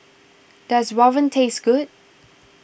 does Rawon taste good